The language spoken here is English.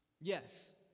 Yes